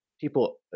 people